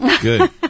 Good